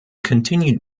continued